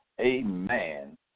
amen